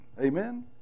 Amen